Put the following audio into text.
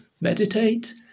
Meditate